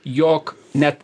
jog net